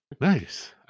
Nice